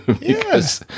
Yes